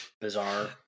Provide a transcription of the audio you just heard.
bizarre